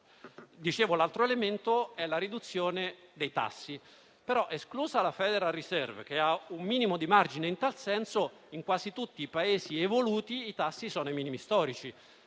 L'altro elemento è la riduzione dei tassi. Esclusa la Federal Reserve, che ha un minimo di margine in tal senso, in quasi tutti i Paesi evoluti i tassi sono ai minimi storici,